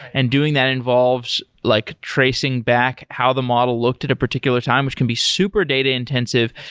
and doing that involves like tracing back how the model looked at a particular time, which can be super data-intensive,